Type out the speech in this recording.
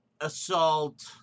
assault